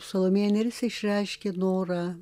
salomėja nėris išreiškė norą